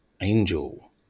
Angel